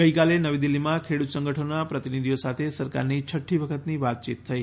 ગઈકાલે નવી દિલ્હીમાં ખેડૂત સંગઠનોના પ્રતિનિધિઓ સાથે સરકારની છટ્ઠી વખતની વાતચીત થઈ